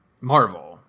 Marvel